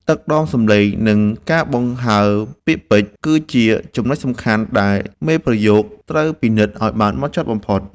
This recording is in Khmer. ទឹកដមសម្លេង និង ការបង្ហើរពាក្យពេចន៍គឺជាចំណុចសំខាន់ដែលមេប្រយោគត្រូវពិនិត្យឱ្យបានហ្មត់ចត់បំផុត។